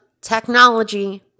technology